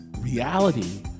reality